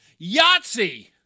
Yahtzee